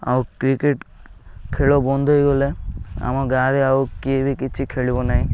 ଆଉ କ୍ରିକେଟ୍ ଖେଳ ବନ୍ଦ ହେଇଗଲେ ଆମ ଗାଁରେ ଆଉ କିଏ ବି କିଛି ଖେଳିବ ନାହିଁ